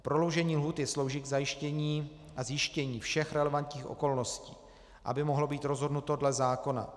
Prodloužení lhůty slouží k zajištění a zjištění všech relevantních okolností, aby mohlo být rozhodnuto dle zákona.